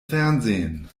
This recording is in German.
fernsehen